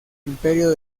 imperio